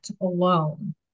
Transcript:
alone